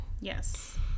Yes